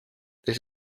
this